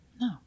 No